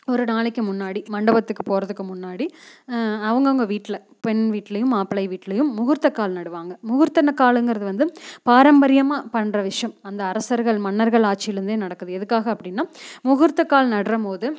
ஒரு நாளைக்கு முன்னாடி மண்டபத்துக்கு போகிறதுக்கு முன்னாடி அவங்கவுங்க வீட்டில் பெண் வீட்லேயும் மாப்பிள்ளை வீட்லேயும் முகூர்த்த கால் நடுவாங்க முகூர்த்த காலுங்கிறது வந்து பாரம்பரியமாக பண்ணுற விஷயம் அந்த அரசர்கள் மன்னர்கள் ஆட்சியிலேர்ந்தே நடக்குது எதுக்காக அப்படின்னா முகூர்த்த கால் நட்டும் போது